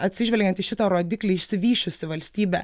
atsižvelgiant į šitą rodiklį išsivysčiusi valstybė